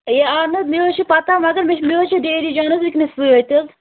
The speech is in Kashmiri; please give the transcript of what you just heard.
ہے اَہن حظ مےٚ حظ چھِ پتاہ مگر مےٚ مےٚ حظ چھُ ڈیڈی جان حظ وُنکیٚنَس سۭتۍ حظ